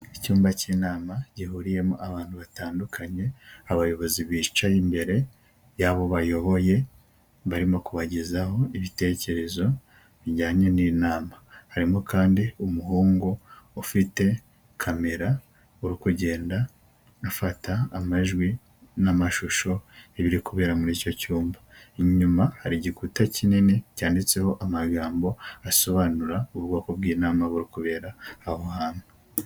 Icyumba cy'inama, gihuriyemo abantu batandukanye abayobozi bicaye imbere y'abo bayoboye, barimo kubagezaho ibitekerezo bijyanye n'inama. Harimo kandi umuhungu ufite kamera, uri kugenda afata amajwi n'amashusho ibiri kubera muri icyo cyumba. Inyuma hari igikuta kinini cyanditseho amagambo asobanura ubwoko bw'inama buri kubera aho hantu.